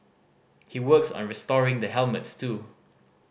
he works on restoring the helmets too